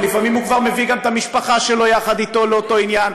ולפעמים הוא גם מביא את המשפחה שלו יחד אתו לאותו עניין.